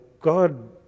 God